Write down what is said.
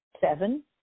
seven